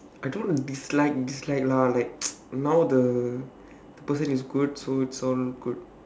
I don't dislike dislike lah like you know the person is good so it's all good